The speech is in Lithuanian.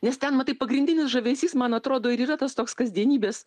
nes ten matai pagrindinis žavesys man atrodo ir yra tas toks kasdienybės